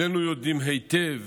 שנינו יודעים היטב